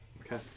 Okay